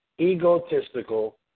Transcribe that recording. egotistical